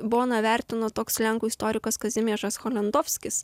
boną vertino toks lenkų istorikas kazimiežas cholendovskis